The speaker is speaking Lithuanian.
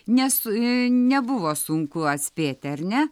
nes nebuvo sunku atspėti ar ne